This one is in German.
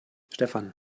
stefan